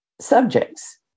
subjects